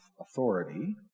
authority